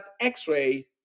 X-ray